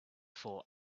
fore